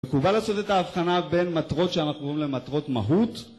מקובל לעשות את ההבחנה בין מטרות שאנחנו קוראים להן מטרות מהות